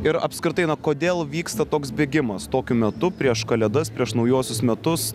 ir apskritai na kodėl vyksta toks bėgimas tokiu metu prieš kalėdas prieš naujuosius metus